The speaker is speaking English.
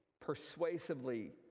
persuasively